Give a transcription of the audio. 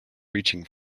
reaching